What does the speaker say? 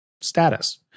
status